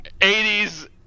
80s